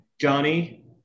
Johnny